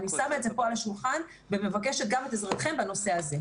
אני שמה את זה פה על השולחן ומבקשת גם את עזרתכם בנושא הזה.